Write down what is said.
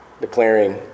declaring